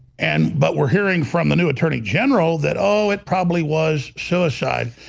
and but we're hearing from the new attorney general that oh, it probably was suicide.